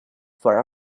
for